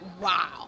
wow